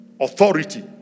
Authority